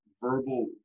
verbal